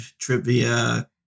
trivia